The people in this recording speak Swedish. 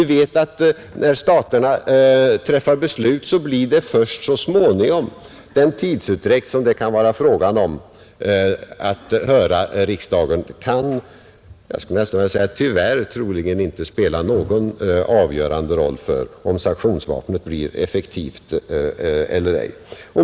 Vi vet att när staterna fattar beslut blir det först så småningom genomfört. Den tidsutdräkt som det kan vara fråga om för att höra riksdagen spelar troligen — jag skulle vilja säga tyvärr — inte någon avgörande roll för om sanktionsvapnet blir effektivt eller ej.